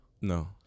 No